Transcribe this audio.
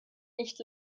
nicht